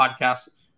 podcast